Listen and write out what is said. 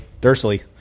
Dursley